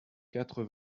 quatre